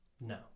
No